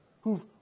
who've